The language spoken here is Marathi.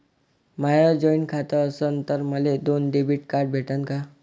माय जॉईंट खातं असन तर मले दोन डेबिट कार्ड भेटन का?